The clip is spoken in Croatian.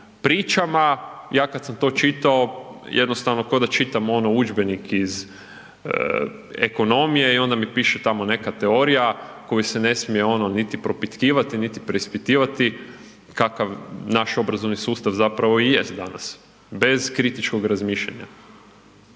pričama, ja kad sam to čitao, jednostavno koda čitam ono udžbenik iz ekonomije i onda mi piše tamo neka teorija koju se ne smije ono niti propitkivati, niti preispitivati, kakav naš obrazovni sustav zapravo i jest danas, bez kritičkog razmišljanja.